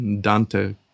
Dante